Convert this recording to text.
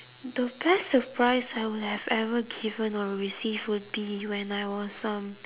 the best surprise I would have ever given or received would be when I was um